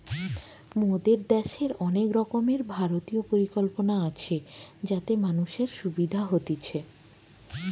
মোদের দ্যাশের অনেক রকমের ভারতীয় পরিকল্পনা আছে যাতে মানুষের সুবিধা হতিছে